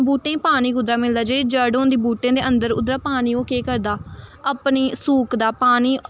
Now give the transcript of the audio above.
बूह्टें गी पानी कुद्धरां मिलदा जेह्ड़ी जड़ होंदी बूह्टें दे अंदर उद्धरां पानी ओह् केह् करदा अपनी सूकदा पानी